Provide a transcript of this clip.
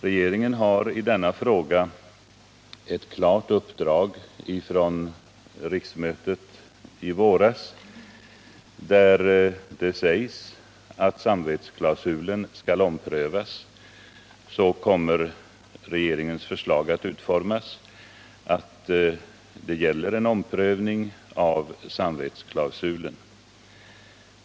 Regeringen hari denna fråga ett klart uppdrag från riksmötet i våras, där det fastslogs att samvetsklausulen skall omprövas. Regeringens förslag kommer att utformas så att det gäller en omprövning av samvetsklausulen.